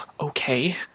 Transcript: okay